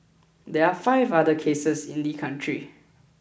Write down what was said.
there are five other cases in the country